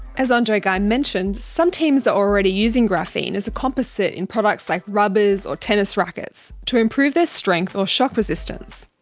as andre geim mentioned, some teams are already using graphene as a composite in products like rubbers or tennis rackets to improve their strength or shock resistance.